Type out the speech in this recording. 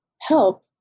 help